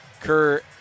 Kerr